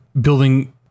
building